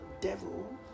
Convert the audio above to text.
devil